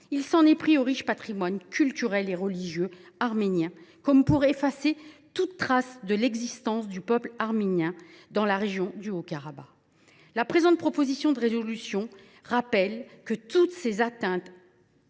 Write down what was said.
il s’en est pris au riche patrimoine culturel et religieux arménien, comme pour effacer toute trace de l’existence du peuple arménien dans la région du Haut Karabagh. La présente proposition de résolution rappelle que toutes ces atteintes